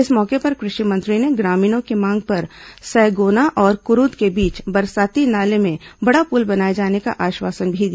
इस मौके पर कृषि मंत्री ने ग्रामीणों की मांग पर सैगोना और कुरूद के बीच बरसाती नाले में बड़ा पुल बनाए जाने का आश्वासन भी दिया